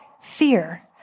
fear